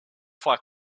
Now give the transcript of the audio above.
fight